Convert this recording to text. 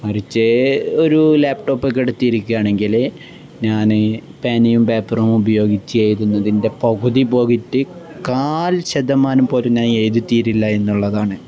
മറിച്ച് ഒരു ലാപ്ടോപ്പൊക്കെ എടുത്തിയിരിക്കയാണെങ്കില് ഞാന് പേനയും പേപ്പറും ഉപയോഗിച്ച് എഴുതുന്നതിൻ്റെ പകുതി പോയിട്ട് കാൽ ശതമാനം പോലും ഞാൻ എഴുതിത്തീരില്ല എന്നുള്ളതാണ്